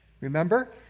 remember